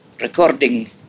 recording